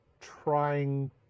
trying